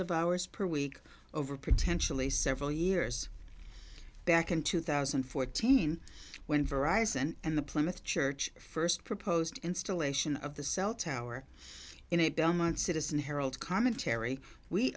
of hours per week over potentially several years back in two thousand and fourteen when virus and the plymouth church first proposed installation of the cell tower in it belmont citizen herald commentary we